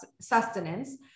sustenance